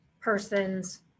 person's